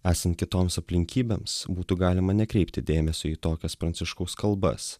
esant kitoms aplinkybėms būtų galima nekreipti dėmesio į tokias pranciškaus kalbas